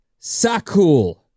sakul